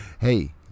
hey